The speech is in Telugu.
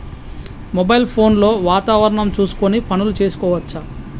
మొబైల్ ఫోన్ లో వాతావరణం చూసుకొని పనులు చేసుకోవచ్చా?